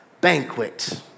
banquet